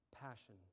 passion